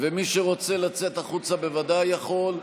מי שרוצה לצאת החוצה, בוודאי יכול.